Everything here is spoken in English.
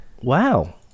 Wow